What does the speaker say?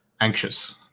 anxious